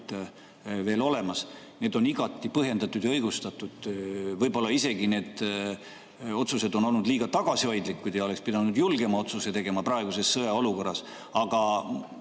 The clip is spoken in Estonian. veel olemas, on igati põhjendatud ja õigustatud. Võib-olla on need otsused olnud isegi liiga tagasihoidlikud ja oleks pidanud julgema otsuse tegema praeguses sõjaolukorras. Aga